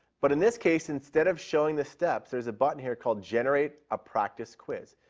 but in this case, instead of showing the steps, there's a button here called generate a practice quiz,